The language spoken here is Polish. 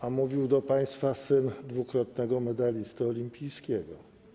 A mówił do państwa syn dwukrotnego medalisty olimpijskiego.